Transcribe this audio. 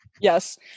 Yes